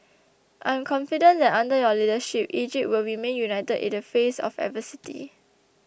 I'm confident that under your leadership Egypt will remain united in the face of adversity